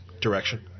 direction